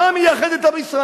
מה מייחד את עם ישראל?